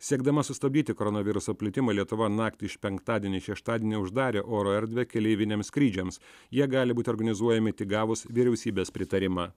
siekdama sustabdyti koronaviruso plitimą lietuva naktį iš penktadienio į šeštadienį uždarė oro erdvę keleiviniams skrydžiams jie gali būti organizuojami tik gavus vyriausybės pritarimą